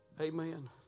Amen